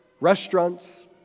restaurants